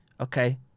Okay